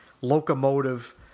locomotive